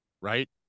right